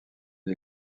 une